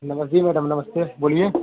नमस्ते मैडम नमस्ते बोलिए